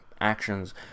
actions